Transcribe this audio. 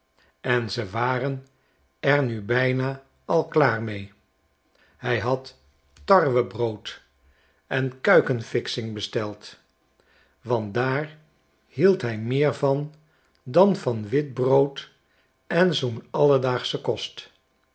en ze waren er nu bijna al klaar mee hij had tarwebrood en k u i k e n f i x i n g besteld want daar hield hij meer van dan van witbrood en zoo'n alledaagschen kost